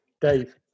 dave